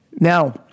Now